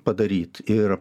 padaryt ir